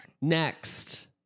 Next